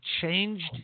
changed